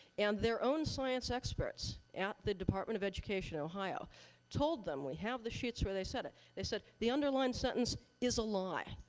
and their own science experts at the department of education in ohio told them. we have the sheets where they said it. they said, the underlying sentence is a lie.